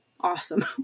Awesome